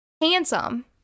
handsome